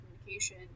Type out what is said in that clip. communication